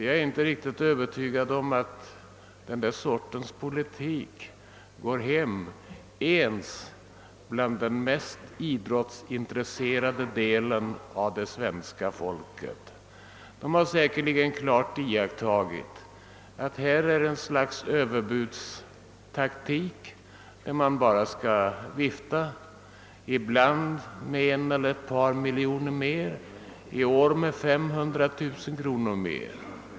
Jag är inte riktigt övertygad om att den sortens politik går hem ens hos den mest idrottsintresserade delen av svenska folket. De flesta har säkerligen klart iakttagit att här är det fråga om ett slags överbudstaktik, som innebär att man bara skall vifta med en eller ett par miljoner mer — i år med 500 000 kronor mer.